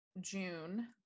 June